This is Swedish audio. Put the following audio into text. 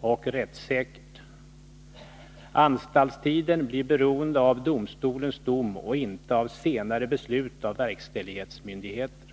och rättssäkert. Anstaltstiden blir beroende av domstolens dom och inte av senare beslut av verkställighetsmyndigheten.